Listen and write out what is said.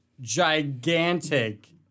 gigantic